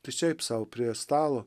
tik šiaip sau prie stalo